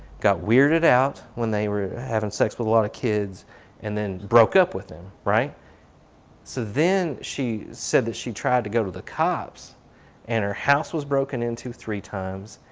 got weirded out when they were having sex with a lot of kids and then broke up with him. so then she said that she tried to go to the cops and her house was broken into three times,